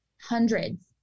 hundreds